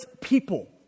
people